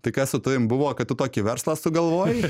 tai kas su tavim buvo kad tokį verslą sugalvojai